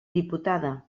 diputada